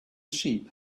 sheep